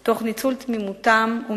של צרכנים רבים, תוך ניצול תמימותם ומצוקתם.